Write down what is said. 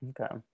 Okay